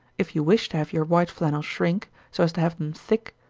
if you wish to have your white flannels shrink, so as to have them thick,